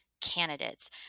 candidates